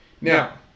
Now